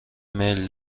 میل